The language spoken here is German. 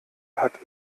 hat